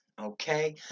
Okay